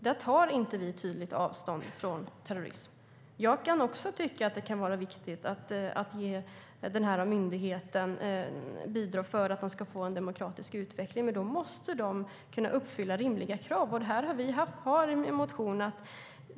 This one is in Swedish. Där tar vi inte tydligt avstånd från terrorism. Jag kan också tycka att det kan vara viktigt att ge myndigheten bidrag för att de ska få en demokratisk utveckling, men då måste de kunna uppfylla rimliga krav. Vi har en motion om det.